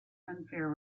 unfair